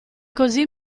così